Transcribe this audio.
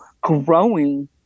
growing